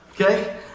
okay